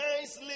nice